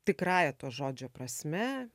tikrąja to žodžio prasme